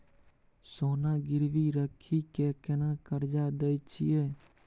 सोना गिरवी रखि के केना कर्जा दै छियै?